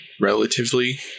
relatively